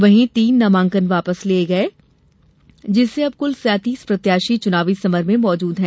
वहीं तीन नामांकन वापस लिये गये जिससे अब कुल सैतीस प्रत्याशी चुनावी समर में मौजूद हैं